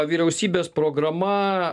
vyriausybės programa